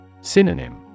Synonym